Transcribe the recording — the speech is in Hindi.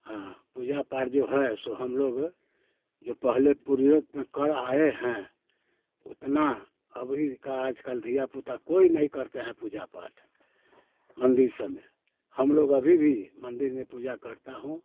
हाँ पूजा पाठ जो है सो हम लोग जो पहले पूर्वत में कर आए हैं उतना अभी का आजकल धिया पूता कोई नहीं करते हैं पूजा पाठ मंदिर सब में हम लोग अभी भी मंदिर में पूजा करता हूँ